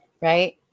Right